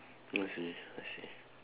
I see I see